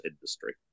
industry